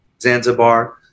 Zanzibar